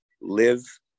Live